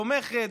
תומכת,